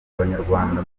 abanyarwanda